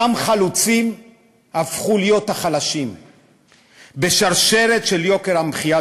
אותם חלוצים הפכו להיות החלשים בשרשרת של יוקר המחיה,